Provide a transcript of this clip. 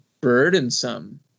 burdensome